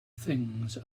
things